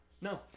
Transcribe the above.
No